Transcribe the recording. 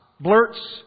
blurts